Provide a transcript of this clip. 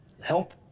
help